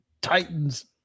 Titans